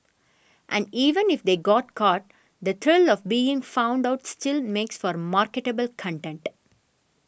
and even if they got caught the thrill of being found out still makes for marketable content